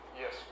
Yes